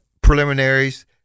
preliminaries